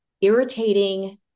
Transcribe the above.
irritating